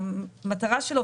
המטרה שלו,